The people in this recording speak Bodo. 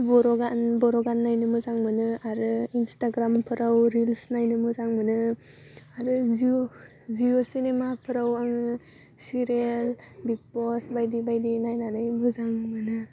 बर' गान बर' गान नायनो मोजां मोनो आरो इन्सटाग्रामफ्राव रिल्स नायनो मोजां मोनो आरो जिअ जिअ सिनिमाफ्राव आङो सिरियाल बिगबस बायदि बायदि नायनानै मोजां मोनो